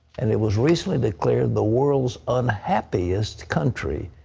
and it was recently declared the world's unhappiest country.